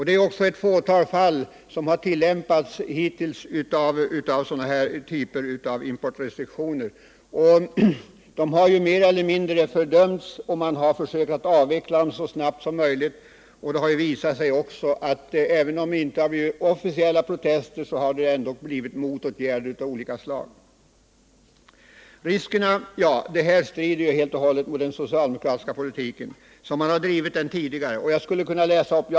Det är också bara i ett fåtal fall som man hittills tillämpat sådana här typer av restriktioner. De har mer eller mindre fördömts, och man har försökt avveckla dem så snabbt som möjligt. Det har också visat sig att även om det inte har blivit officiella protester har det ändock blivit motåtgärder av olika slag som varit till skada för handelsutbytet. Det här strider helt och hållet mot den socialdemokratiska politik som drivits tidigare.